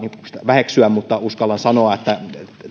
väheksyä mutta uskallan sanoa että